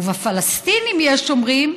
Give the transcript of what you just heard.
או בפלסטינים, יש אומרים,